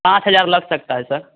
पाँच हज़ार लग सकता है सर